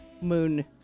moon